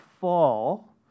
fall